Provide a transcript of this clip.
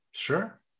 sure